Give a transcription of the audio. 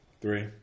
Three